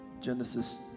Genesis